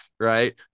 Right